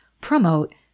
promote